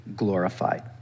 glorified